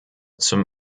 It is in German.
zum